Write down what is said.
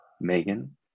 Megan